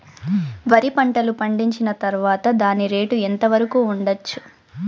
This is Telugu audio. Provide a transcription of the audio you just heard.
వరి పంటలు పండించిన తర్వాత దాని రేటు ఎంత వరకు ఉండచ్చు